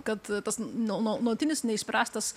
kad tas nuo nuolatinis neišspręstas